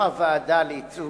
הוועדה לעיצוב